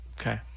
Okay